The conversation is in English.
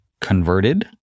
converted